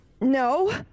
No